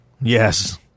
Yes